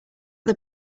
got